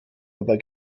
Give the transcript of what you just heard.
aber